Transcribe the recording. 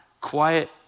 quiet